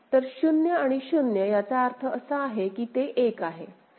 तर 0 आणि 0 याचा अर्थ असा आहे की ते 1 आहे